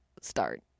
start